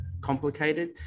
complicated